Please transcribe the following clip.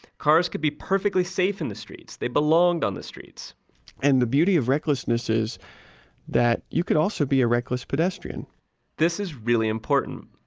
cars could be perfectly safe in the streets. they belonged on the streets and the beauty of recklessness is that you could also be a reckless pedestrian this is really important.